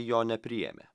jo nepriėmė